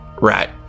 right